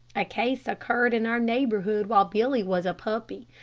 a case occurred in our neighborhood while billy was a puppy.